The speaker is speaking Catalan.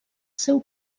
seu